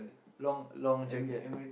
long long jacket